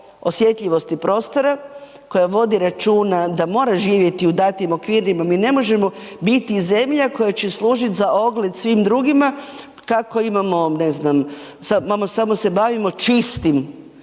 osjetljivosti prostora, koja vodi računa da mora živjeti u datim okvirima, mi ne možemo biti zemlja koja će služiti za ogled svim drugima, kako imamo, ne znam, samo se bavimo čistim